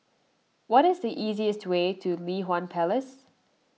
what is the easiest way to Li Hwan Place